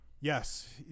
Yes